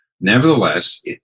Nevertheless